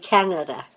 Canada